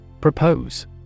Propose